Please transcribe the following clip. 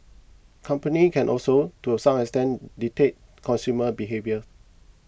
companies can also to a some extent dictate consumer behaviour